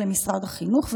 החיצוניות למשרד החינוך.